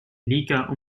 liga